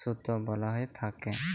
সুতা বলা হ্যঁয়ে থ্যাকে